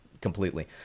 completely